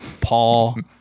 Paul